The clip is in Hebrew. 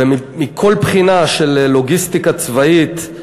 ומכל בחינה של לוגיסטיקה צבאית,